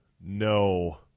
no